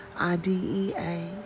IDEA